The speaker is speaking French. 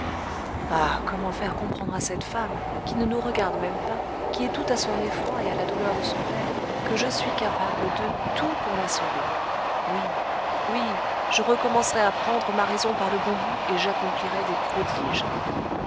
ah comment faire comprendre à cette femme qui ne nous regarde même pas qui est toute à son effroi et à la douleur de son père que je suis capable de tout pour la sauver oui oui je recommencerai à prendre ma raison par le bon bout et j'accomplirai des prodiges